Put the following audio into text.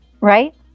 right